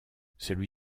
celui